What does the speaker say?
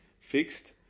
fixed